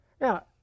Now